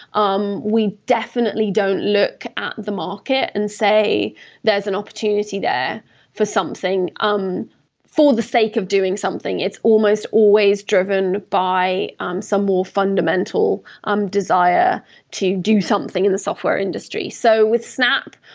um we definitely don't look at the market and say there's an opportunity there for something um for the sake of doing something. it's almost always driven by um some more fundamental um desire to do something in the software industry. so with snap,